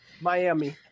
Miami